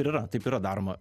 ir yra taip yra daroma